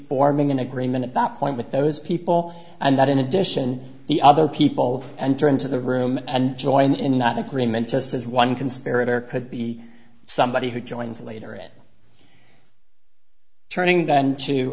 forming an agreement at that point with those people and that in addition the other people enter into the room and joined in not agreement just as one conspirator could be somebody who joins a later it turning then to